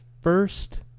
first